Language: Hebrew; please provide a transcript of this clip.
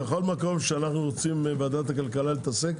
אז בכל מקום שאנו רוצים ועדת הכלכלה להתעסק?